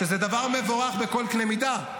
שזה דבר מבורך בכל קנה מידה,